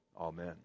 Amen